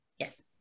Yes